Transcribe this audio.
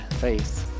faith